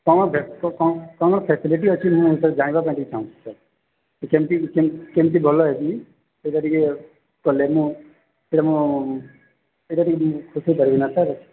କ'ଣ ଫେ କ'ଣ କ'ଣ ଫେସିଲିଟି ଅଛି ମୁଁ ସାର୍ ଜାଣିବା ପାଇଁ ଟିକେ ଚାହୁଁଛି ସାର୍ କେମତି ଭଲ ହେବି ସେଇଟା ଟିକେ କଲେ ମୁଁ ନା ସାର୍